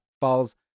falls